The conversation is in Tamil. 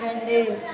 இரண்டு